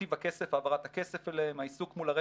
נתיב הכסף, העברת הכסף אליהם,